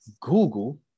Google